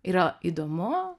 yra įdomu